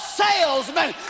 salesmen